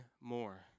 more